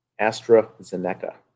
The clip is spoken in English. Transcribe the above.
AstraZeneca